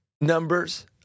numbers